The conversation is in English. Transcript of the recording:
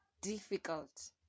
difficult